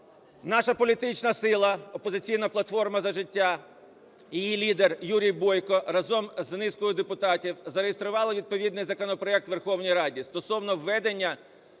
Наша політична сила "Опозиційна платформа - За життя" і її лідер Юрій Бойко разом з низкою депутатів зареєстрували відповідний законопроект у Верховній Раді стосовно введення